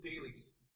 dailies